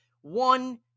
one